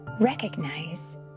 recognize